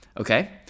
Okay